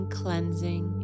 cleansing